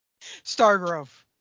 stargrove